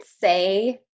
say